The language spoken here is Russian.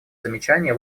замечания